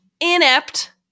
inept